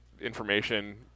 information